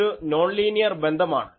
ഇതൊരു നോൺലീനിയർ ബന്ധമാണ്